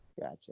Gotcha